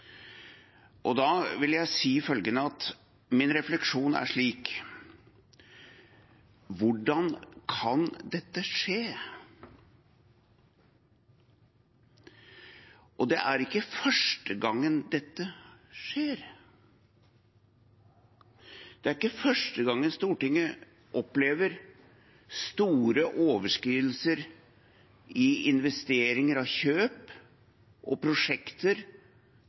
vil si følgende, at min refleksjon er slik: Hvordan kan dette skje? Det er ikke første gang dette skjer. Det er ikke første gang Stortinget opplever store overskridelser i forbindelse med investeringer, i kjøp og prosjekter,